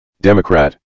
Democrat